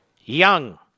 Young